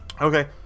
Okay